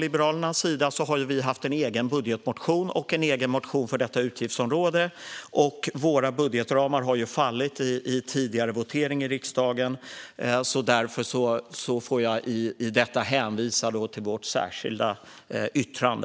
Liberalerna hade både en egen budgetmotion och en egen motion för detta utgiftsområde. Men våra budgetramar föll i en tidigare votering i riksdagen, så jag hänvisar till vårt särskilda yttrande.